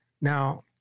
Now